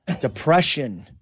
depression